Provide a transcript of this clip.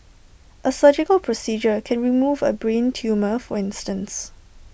A surgical procedure can remove A brain tumour for instance